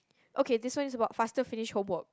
okay this one is about faster finish homework